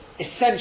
essentially